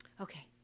Okay